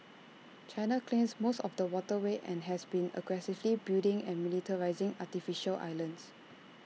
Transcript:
China claims most of the waterway and has been aggressively building and militarising artificial islands